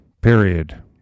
period